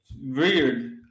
weird